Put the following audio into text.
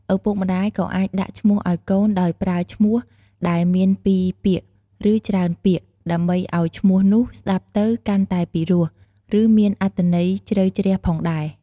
ឪពុកម្តាយក៏អាចដាក់ឈ្មោះឲ្យកូនដោយប្រើឈ្មោះដែលមានពីរពាក្យ ឬច្រើនពាក្យ ដើម្បីឱ្យឈ្មោះនោះស្តាប់ទៅកាន់តែពិរោះ ឬមានអត្ថន័យជ្រៅជ្រះផងដែរ។